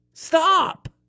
Stop